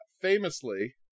famously